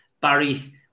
Barry